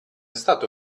stato